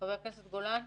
חבר הכנסת גולן,